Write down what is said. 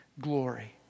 glory